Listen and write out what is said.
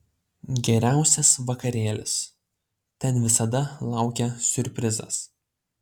geriausias vakarėlis ten visada laukia siurprizas